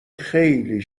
خیلی